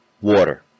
water